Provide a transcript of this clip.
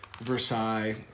Versailles